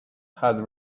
had